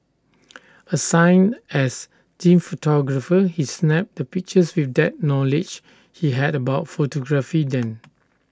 assigned as team photographer he snapped the pictures with that knowledge he had about photography then